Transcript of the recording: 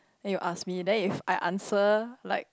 then you ask me then if I answer like